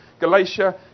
Galatia